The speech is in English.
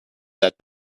that